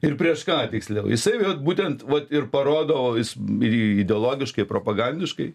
ir prieš ką tiksliau jisai val būtent vat ir parodo jis ir ideologiškai propagandiškai